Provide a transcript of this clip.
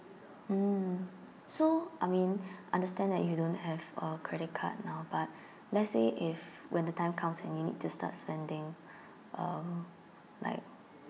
mm so I mean understand that you don't have a credit card now but let's say if when the time comes and you need to start spending uh like